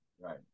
Right